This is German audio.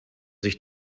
sich